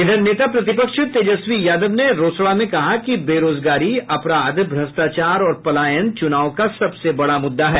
इधर नेता प्रतिपक्ष तेजस्वी यादव ने रोसड़ा मे कहा कि बेरोजगारी अपराध भ्रष्टाचार और पलायन चुनाव का सबसे बडा मुद्दा है